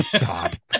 God